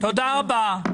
תודה רבה.